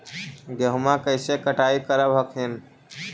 गेहुमा कैसे कटाई करब हखिन?